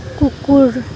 কুকুৰ